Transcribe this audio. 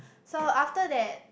so after that